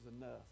enough